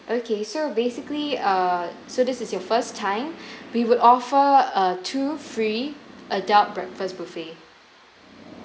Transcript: okay so basically err so this is your first time we would offer a two free adult breakfast buffet